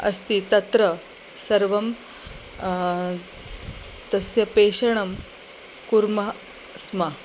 अस्ति तत्र सर्वं तस्य पेषणं कुर्मः स्म